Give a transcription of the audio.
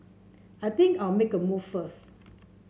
I think I'll make a move first